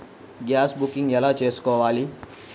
Gas booking ఎలా చేసుకోవాలి?